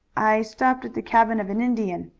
i stopped at the cabin of an indian,